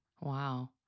Wow